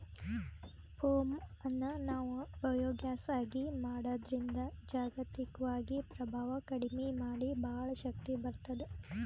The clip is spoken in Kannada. ಪೋಮ್ ಅನ್ನ್ ನಾವ್ ಬಯೋಗ್ಯಾಸ್ ಆಗಿ ಮಾಡದ್ರಿನ್ದ್ ಜಾಗತಿಕ್ವಾಗಿ ಪ್ರಭಾವ್ ಕಡಿಮಿ ಮಾಡಿ ಭಾಳ್ ಶಕ್ತಿ ಬರ್ತ್ತದ